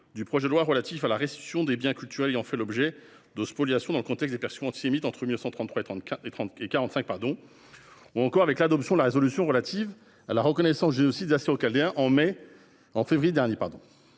du projet de loi relatif à la restitution des biens culturels ayant fait l'objet de spoliations dans le contexte des persécutions antisémites entre 1933 et 1945, ou encore avec l'adoption de la résolution relative à la reconnaissance du génocide des Assyro-Chaldéens au mois de février.